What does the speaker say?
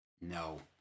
No